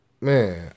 Man